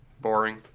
boring